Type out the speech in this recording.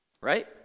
Right